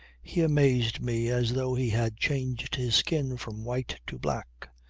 he amazed me as though he had changed his skin from white to black.